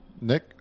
Nick